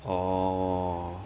orh